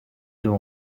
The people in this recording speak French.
ont